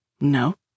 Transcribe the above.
No